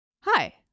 Hi